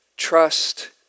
trust